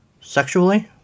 Sexually